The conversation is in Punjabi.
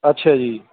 ਅੱਛਾ ਜੀ